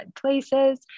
places